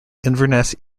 inverness